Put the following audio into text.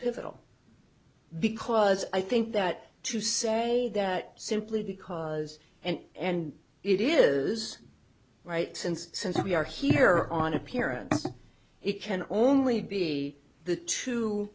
difficult because i think that to say that simply because and and it is right since since we are here on appearance it can only be the two